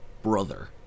Brother